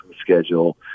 schedule